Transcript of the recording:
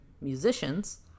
musicians